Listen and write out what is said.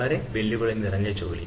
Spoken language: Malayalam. വളരെ വെല്ലുവിളി നിറഞ്ഞ ജോലി